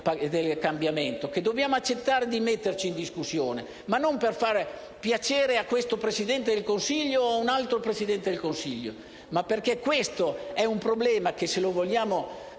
del cambiamento, che dobbiamo accettare di metterci in discussione, non per fare piacere a questo o ad un altro Presidente del Consiglio, ma perché si tratta di un problema che, se lo vogliamo